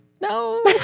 No